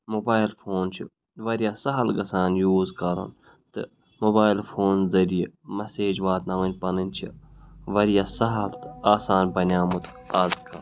mobile phone چھِ واریاہ سہل گژھان یوٗز کَرُن تہٕ موبایِل فون ذٔریعہٕ میسیج واتناوٕنۍ پَنٕنۍ چھِ واریاہ سہل تہٕ آسان بَنیٛومُت آز کَل